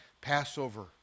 Passover